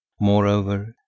Moreover